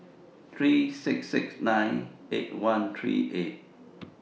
three six six nine eight one three eight